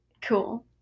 cool